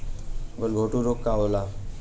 गलघोंटु रोग का होला?